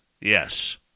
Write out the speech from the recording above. Yes